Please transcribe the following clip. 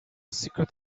secret